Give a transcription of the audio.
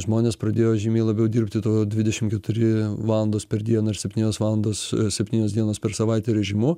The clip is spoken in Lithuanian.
žmonės pradėjo žymiai labiau dirbti to dvidešim keturi valandos per dieną ir septynios valandos septynios dienos per savaitę režimu